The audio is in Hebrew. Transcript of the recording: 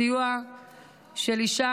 סיוע של אישה,